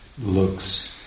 looks